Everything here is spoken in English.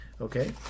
Okay